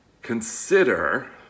Consider